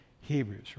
Hebrews